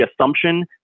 assumption